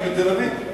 גם בתל-אביב מתנחלים.